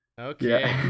Okay